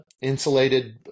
insulated